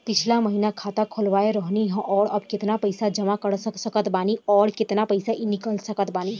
पिछला महीना खाता खोलवैले रहनी ह और अब केतना पैसा जमा कर सकत बानी आउर केतना इ कॉलसकत बानी?